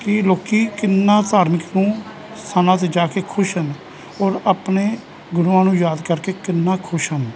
ਕਿ ਲੋਕ ਕਿੰਨਾ ਧਾਰਮਿਕ ਨੂੰ ਸਥਾਨਾਂ 'ਤੇ ਜਾ ਕੇ ਖੁਸ਼ ਹਨ ਔਰ ਆਪਣੇ ਗੁਰੂਆਂ ਨੂੰ ਯਾਦ ਕਰਕੇ ਕਿੰਨਾ ਖੁਸ਼ ਹਨ